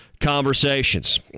conversations